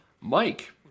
Mike